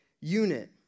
unit